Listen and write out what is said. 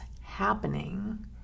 happening